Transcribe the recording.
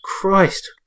Christ